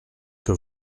que